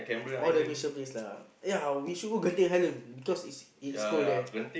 all the Malaysia place lah ya we should go Genting-Highlands cause it is it is cold there